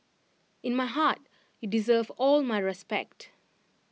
in my heart you deserve all my respect